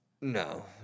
No